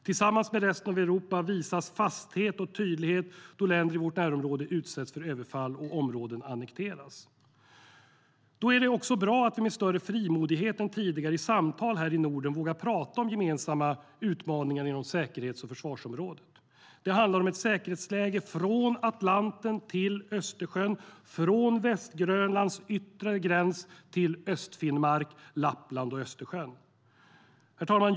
Tillsammans med resten av Europa visas fasthet och tydlighet då länder i vårt närområde utsätts för överfall och områden annekteras. Då är det också bra att vi med större frimodighet än tidigare i samtal här i Norden vågar prata om gemensamma utmaningar inom säkerhets och försvarsområdet. Det handlar om ett säkerhetsläge från Atlanten till Östersjön, från Västgrönlands yttre gräns till Östfinnmark, Lappland och Östersjön. Herr talman!